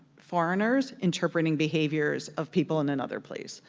foreigners interpreting behaviors of people in another place,